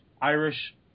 Irish